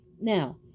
Now